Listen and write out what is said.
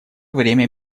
время